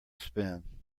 spin